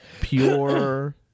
pure